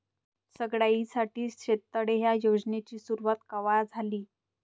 सगळ्याइसाठी शेततळे ह्या योजनेची सुरुवात कवा झाली?